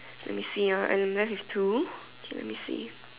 let me see ah I'm left with two okay let me see